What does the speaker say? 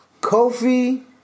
Kofi